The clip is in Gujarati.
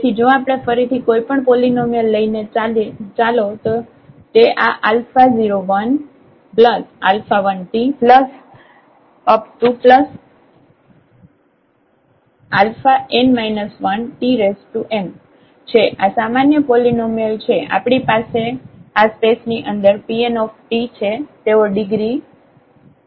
તેથી જો આપણે ફરીથી કોઈપણ પોલીનોમિયલ લઈએ ચાલો તે આ a01a1tan 1tn છે આ સામાન્ય પોલીનોમિયલ છે આપણી પાસે આ સ્પેસની અંદર Pnt છે તેઓ ડિગ્રી n ના પોલીનોમિયલ છે